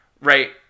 Right